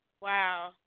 wow